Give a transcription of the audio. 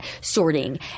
sorting